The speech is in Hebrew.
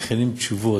מכינים תשובות,